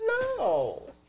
No